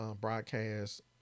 broadcast